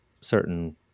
certain